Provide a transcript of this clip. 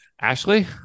Ashley